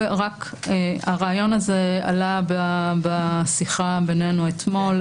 הרעיון הזה עלה בשיחה בינינו אתמול.